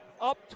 up